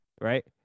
right